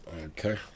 Okay